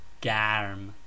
garm